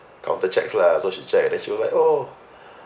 counter checks lah so she checked and she was like oh